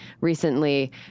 recently